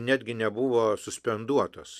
netgi nebuvo suspenduotas